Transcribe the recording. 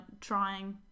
trying